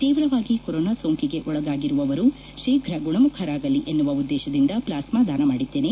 ತೀವ್ರವಾಗಿ ಕೊರೋನಾ ಸೋಂಕಿಗೆ ಒಳಗಾಗಿರುವವರು ಶೀಘ್ರ ಗುಣಮುಖರಾಗಲಿ ಎನ್ನುವ ಉದ್ಲೇಶದಿಂದ ಪ್ಲಾಸ್ತಾ ದಾನ ಮಾಡಿದ್ದೇನೆ